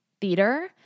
theater